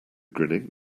grinning